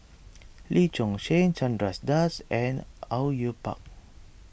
Lee Choon Seng Chandra Das and Au Yue Pak